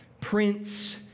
Prince